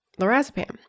lorazepam